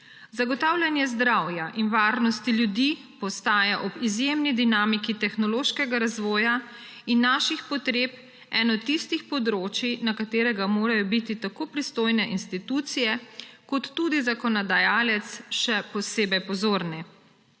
Zagotavljanje zdravja in varnosti ljudi postaja ob izjemni dinamiki tehnološkega razvoja in naših potreb eno tistih področij, na katerega morajo biti tako pristojne institucije kot tudi zakonodajalec še posebej pozorni.